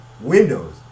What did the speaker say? windows